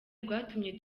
rwatumye